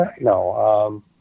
No